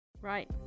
right